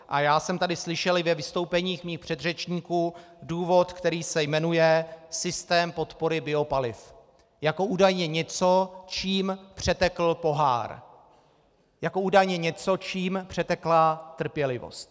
A já jsem tady slyšel ve vystoupeních mých předřečníků důvod, který se jmenuje systém podpory biopaliv, jako údajně něco, čím přetekl pohár, jako údajně něco, čím přetekla trpělivost.